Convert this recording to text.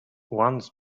once